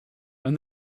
and